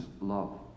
love